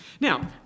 Now